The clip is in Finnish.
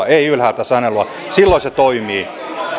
ei ylhäältä sanelua silloin se toimii